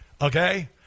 Okay